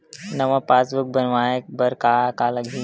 नवा पासबुक बनवाय बर का का लगही?